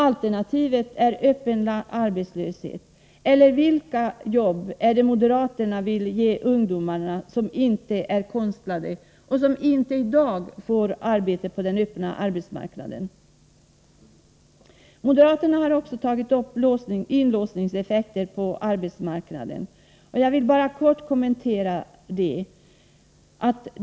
Alternativet är öppen arbetslöshet. Eller vilka jobb som inte är konstlade tänker moderaterna ge de ungdomar som inte i dag får jobb på den öppna arbetsmarknaden? Moderaterna har också tagit upp inlåsningseffekterna på arbetsmarknaden. Jag vill bara kort kommentera det.